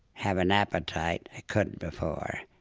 have an appetite, i couldn't before.